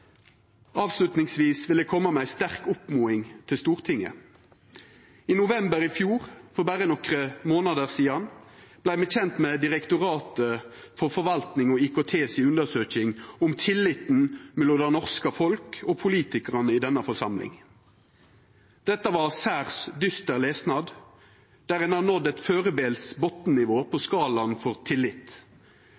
vil eg koma med ei sterk oppmoding til Stortinget. I november i fjor, for berre nokre månader sidan, vart me kjende med undersøkinga til Direktoratet for forvaltning og IKT om tilliten mellom det norske folk og politikarane i denne forsamlinga. Dette var særs dyster lesnad – ein har nådd eit førebels botnnivå på